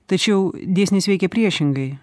tačiau dėsnis veikia priešingai